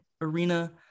arena